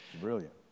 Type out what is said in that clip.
Brilliant